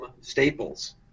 Staples